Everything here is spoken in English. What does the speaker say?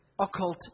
occult